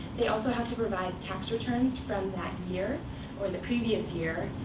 they also have to provide tax returns from that year or the previous year,